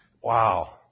Wow